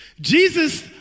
Jesus